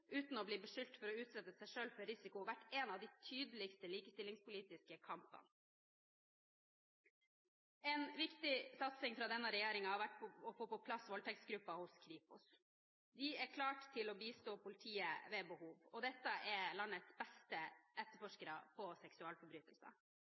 uten å bli beskyldt for å utsette seg selv for risiko, vært en av de tydeligste likestillingspolitiske kampene. En viktig satsing fra denne regjeringen har vært å få på plass voldtektsgruppen ved Kripos. Den er klar til å bistå politiet ved behov. Dette er landets beste